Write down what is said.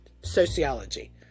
sociology